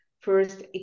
first